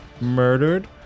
murdered